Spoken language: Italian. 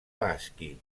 baschi